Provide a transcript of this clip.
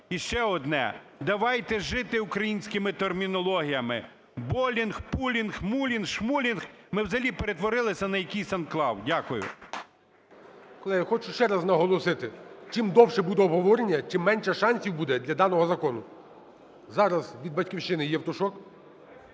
І ще одне. Давайте жити українськими термінологіями. Булінг, пулінг, хмулін, шмулінг… Ми взагалі перетворилися на якийсь анклав. Дякую. ГОЛОВУЮЧИЙ. Колеги, хочу ще раз наголосити: чим довше буде обговорення, тим менше шансів буде для даного закону. Зараз від "Батьківщина" Євтушок.